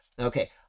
Okay